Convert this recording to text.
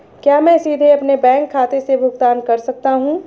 क्या मैं सीधे अपने बैंक खाते से भुगतान कर सकता हूं?